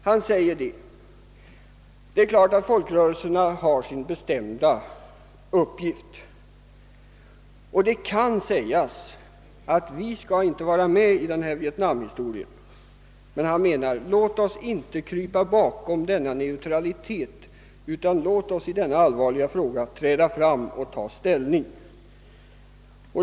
Han säger att det är givet att folkrörelserna har sin bestämda uppgift och att det kan sägas att vi inte skall vara med i vietnamsammanhang. Men hans tanke är denna: Låt oss inte krypa bakom vår neutralitet utan låt oss i denna allvarliga fråga träda fram och ta ställning!